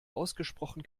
ausgesprochen